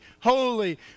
holy